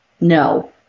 no